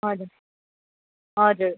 हजुर हजुर